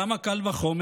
למה קל וחומר?